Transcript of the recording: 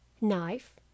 knife